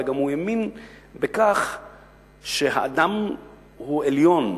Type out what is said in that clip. אלא הוא האמין גם שהאדם הוא עליון.